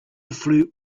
flew